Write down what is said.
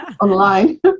online